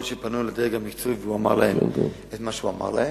יכול להיות שפנו לדרג המקצועי והוא אמר להם את מה שהוא אמר להם.